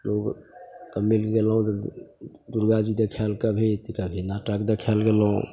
ओसब मिलिके गेलहुँ तऽ दुरगाजी देखैले कभी तऽ कभी नाटक देखैले गेलहुँ